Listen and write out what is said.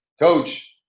coach